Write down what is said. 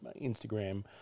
Instagram